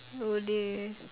Yole